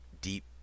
deep